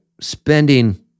spending